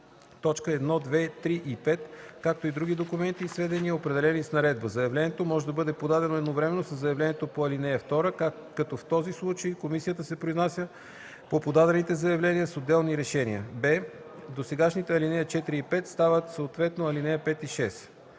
2, т. 1, 2, 3 и 5, както и други документи и сведения, определени с наредба. Заявлението може да бъде подадено едновременно със заявлението по ал. 2, като в този случай комисията се произнася по подадените заявления с отделни решения.”; б) досегашните ал. 4 и 5 стават съответно ал. 5 и 6.